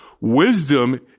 wisdom